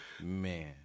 man